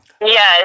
Yes